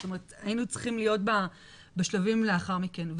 זאת אומרת, היינו צריכים להיות בשלבים לאחר מכן.